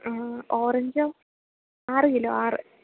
ഓറഞ്ചോ ആറ് കിലോ ആറ്